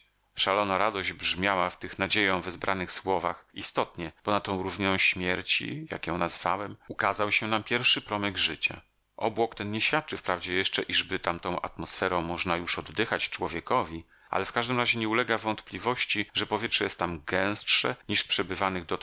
szalona radość brzmiała w tych nadzieją wezbranych słowach istotnie ponad tą równiną śmierci jak ją nazwałem ukazał się nam pierwszy promyk życia obłok ten nie świadczy wprawdzie jeszcze iżby tamtą atmosferą można już oddychać człowiekowi ale w każdym razie nie ulega wątpliwości że powietrze jest tam gęstsze niż w przebywanych dotąd